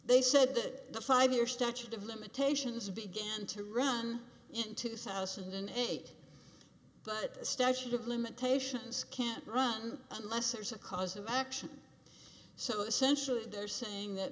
they said that the five year statute of limitations began to run in two thousand and eight but the statute of limitations can't run unless there's a cause of action so essentially they're saying that